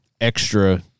extra